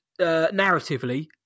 narratively